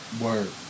Word